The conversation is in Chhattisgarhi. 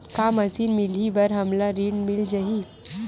का मशीन मिलही बर हमला ऋण मिल जाही?